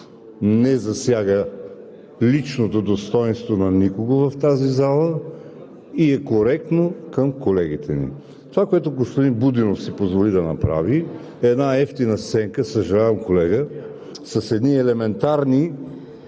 не засяга личното достойнство на никого в тази зала и е коректно към колегите му. Това, което господин Будинов си позволи да направи, е една евтина сценка, съжалявам, колега, с едни елементарни…